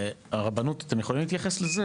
הרבנות, אתם יכולים להתייחס לזה?